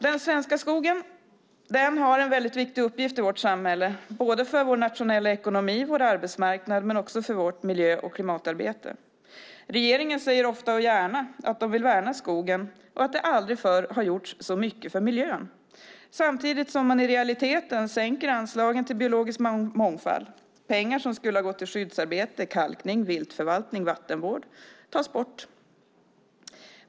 Den svenska skogen har en väldigt viktig uppgift i vårt samhälle, både för vår nationalekonomi och arbetsmarknad och för vårt miljö och klimatarbete. Regeringen säger ofta och gärna att de vill värna skogen och att aldrig förr har gjorts så mycket för miljön, samtidigt som de i realiteten sänker anslagen till biologisk mångfald. Pengar som skulle ha gått till skyddsarbete, kalkning, viltförvaltning, vattenvård tas bort.